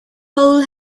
hole